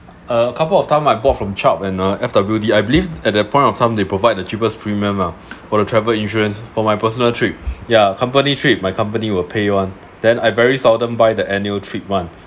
a couple of times I bought from chubb and uh F_W_D I believe at that point of time they provide the cheapest premium ah or a travel insurance for my personal trip yeah company trip my company will pay [one] then I very seldom buy the annual trip one